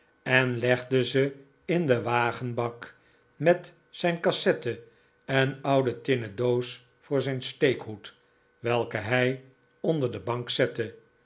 en legde ze in den wagenbak met zijn cassette en oude tinnen doos voor zijn steekhoed welke hij onder de bank zette